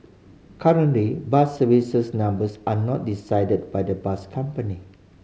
currently bus service numbers are not decided by the bus company